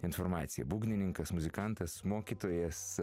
informaciją būgnininkas muzikantas mokytojas